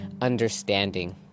understanding